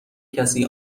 کسی